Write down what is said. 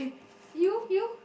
you you